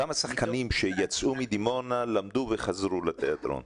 כמה שחקנים שיצאו מדימונה, למדו וחזרו לתיאטרון?